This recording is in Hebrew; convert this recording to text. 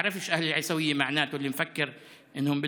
(אומר בערבית: מי שחושב שתושבי עיסאוויה יוותרו לא מכיר אותם,